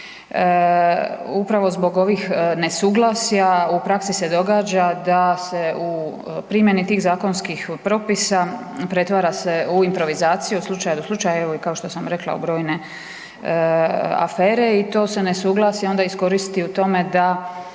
Upravo zbog ovih nesuglasja, u praksi se događa da se u primjeni tih zakonskih propisa pretvara se u improvizaciju slučaj do slučaj, evo i kao što sam rekla, i brojne afere i to se nesuglasje onda iskoristi u tome da